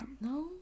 No